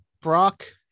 Brock